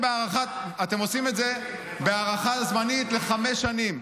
עושים את זה בהארכה זמנית לחמש שנים.